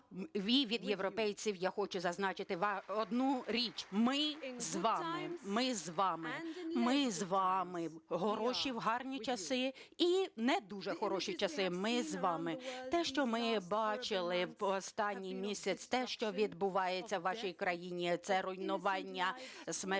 від європейців я хочу зазначити одну річ – ми з вами, ми з вами, ми з вами в хороші, в гарні часи і не дуже хороші часи – ми з вами. Те, що ми бачили в останній місяць, те, що відбувається у вашій країні – це руйнування, смерті